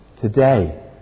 today